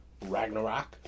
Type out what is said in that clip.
Ragnarok